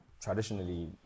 traditionally